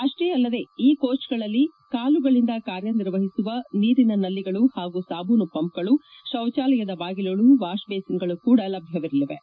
ಅಷ್ಲೇ ಅಲ್ಲದೆ ಈ ಕೋಚ್ಗಳಲ್ಲಿ ಕಾಲುಗಳಿಂದ ಕಾರ್ಯನಿರ್ವಹಿಸುವ ನೀರಿನ ನಲ್ಲಿಗಳು ಹಾಗೂ ಸಾಬೂನು ಪಂಪ್ಗಳು ಶೌಚಾಲಯದ ಬಾಗಿಲುಗಳು ವಾಷ್ಬೇಸಿನ್ಗಳು ಕೂಡ ಲಭ್ಯವಿರಲಿವೆ